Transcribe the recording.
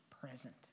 present